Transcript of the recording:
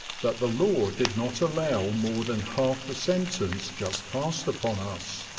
that the law did not allow more than half the sen tence just passed upon us.